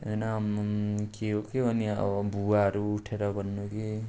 होइन आम्माम के हो के हो अनि भुवाहरू उठेर भन्नु कि